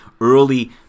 early